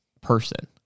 person